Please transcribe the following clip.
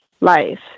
life